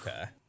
okay